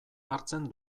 hartzen